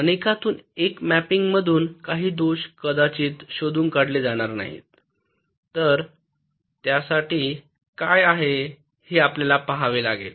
अनेकातून एक मॅपिंगमधून काही दोष कदाचित शोधून काढले जाणार नाहीत तर त्यासाठी शक्यता काय आहे हे आपल्याला पहावे लागेल